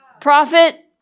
Prophet